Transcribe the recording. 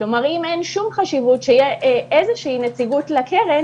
אם אין שום חשיבות שתהיה איזושהי נציגות לקרן,